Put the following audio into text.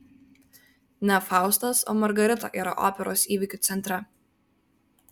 ne faustas o margarita yra operos įvykių centre